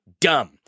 dumb